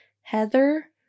Heather